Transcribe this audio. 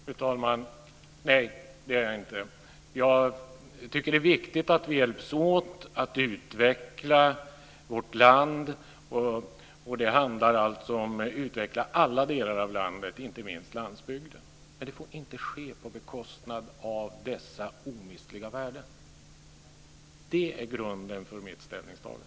Fru talman! Nej, det är jag inte. Jag tycker att det är viktigt att vi hjälps åt för att utveckla vårt land, och det handlar om att utveckla alla delar av landet, inte minst landsbygden. Men det får inte ske på bekostnad av dessa omistliga värden. Det är grunden för mitt ställningstagande.